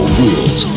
rules